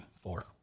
four